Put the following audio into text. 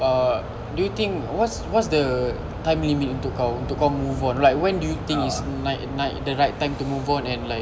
uh do you think what's what's the time limit untuk kau untuk kau move on like when do you think is the right time to move on and like